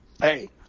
Hey